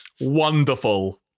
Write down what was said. Wonderful